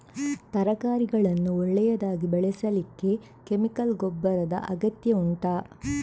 ತರಕಾರಿಗಳನ್ನು ಒಳ್ಳೆಯದಾಗಿ ಬೆಳೆಸಲಿಕ್ಕೆ ಕೆಮಿಕಲ್ ಗೊಬ್ಬರದ ಅಗತ್ಯ ಉಂಟಾ